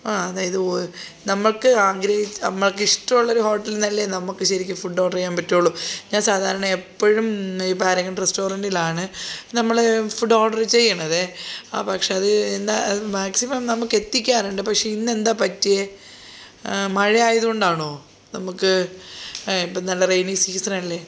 ആ അതാണ് ഇത് ഒ നമുക്ക് ആണെങ്കിൽ നമുക്ക് ഇഷ്ടം ഉള്ള ഒരു ഹോട്ടലിൽ നിന്നല്ലേ നമുക്ക് ശരിക്കും ഫുഡ് ഓർഡർ ചെയ്യാൻ പറ്റുള്ളൂ ഞാൻ സാധാരണ എപ്പോഴും പാരഗൺ റസ്റ്റോറസ്റൻറിലാണ് നമ്മൾ ഫുഡ് ഓർഡർ ചെയ്യുന്നതേ ആ പക്ഷേ അത് എന്താണ് അത് മാക്സിമം നമുക്ക് എത്തിക്കാറുണ്ട് പക്ഷേ ഇന്ന് എന്താണ് പറ്റിയത് മഴ ആയതുകൊണ്ടാണോ നമുക്ക് ഇപ്പം നല്ല റെയിനി സീസൺ അല്ലേ